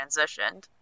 transitioned